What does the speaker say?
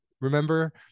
Remember